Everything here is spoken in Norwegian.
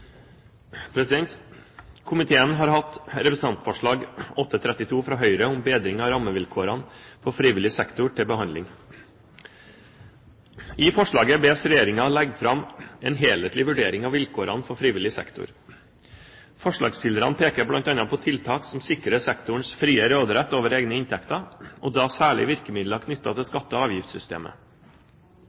vedtatt. Komiteen har hatt til behandling representantforslag 8:48 S fra Høyre, om bedring av rammevilkårene for frivillig sektor. I forslaget bes Regjeringen legge fram en helhetlig vurdering av vilkårene for frivillig sektor. Forslagsstillerne peker bl.a. på tiltak som sikrer sektorens frie råderett over egne inntekter, og da særlig virkemidler knyttet til skatte- og avgiftssystemet.